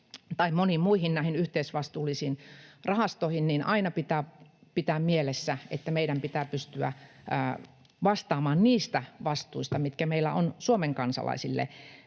tai moniin muihin yhteisvastuullisiin rahastoihin, aina pitää pitää mielessä, että meidän pitää pystyä vastaamaan niistä vastuista, mitkä meillä on Suomen kansalaisille